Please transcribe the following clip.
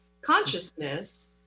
consciousness